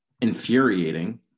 infuriating